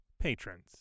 patrons